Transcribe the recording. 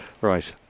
Right